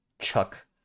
Chuck